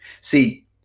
See